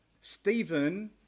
Stephen